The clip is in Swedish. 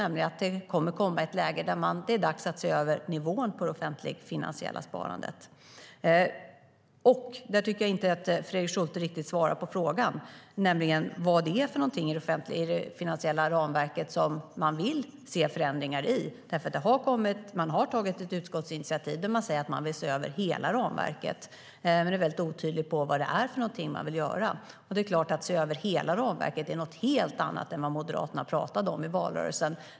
Det kommer att komma ett läge där det är dags att se över nivån på det offentligfinansiella sparandet. Jag tycker inte riktigt att Fredrik Schulte svarar på frågan: Vad är det i det finansiella ramverket som man vill se förändringar i? Man har tagit ett utskottsinitiativ där man säger att man vill se över hela ramverket. Man är väldigt otydlig med vad det är man vill göra. Att se över hela ramverket är något helt annat än vad Moderaterna pratade om i valrörelsen.